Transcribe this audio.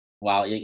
Wow